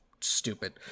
stupid